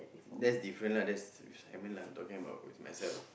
that's different lah that's with Simon lah I'm talking about with myself